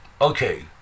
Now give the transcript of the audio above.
okay